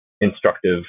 instructive